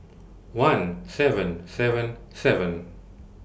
one seven seven seven